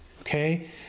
okay